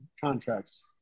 contracts